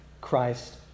Christ